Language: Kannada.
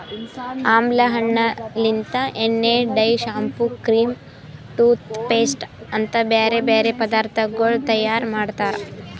ಆಮ್ಲಾ ಹಣ್ಣ ಲಿಂತ್ ಎಣ್ಣೆ, dye, shampoo, cream, toothpaste ಅಂತ್ ಬ್ಯಾರೆ ಬ್ಯಾರೆ ಪದಾರ್ಥಗೊಳ್ ತೈಯಾರ್ ಮಾಡ್ತಾರ್